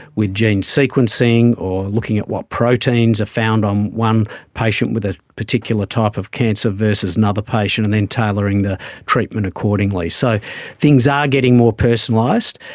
with gene sequencing or looking at what proteins are found on one patient with a particular type of cancer versus another patient and then tailoring the treatment accordingly. so things are getting more personalised.